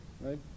right